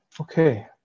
Okay